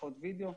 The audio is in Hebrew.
לשיחות וידאו,